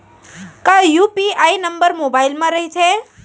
का UPI number mobile म रहिथे?